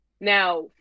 Now